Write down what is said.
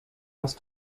hast